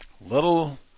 Little